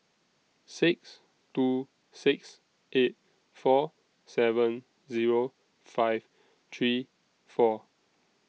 six two six eight four seven Zero five three four